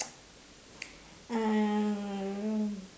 uh